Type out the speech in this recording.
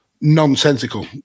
nonsensical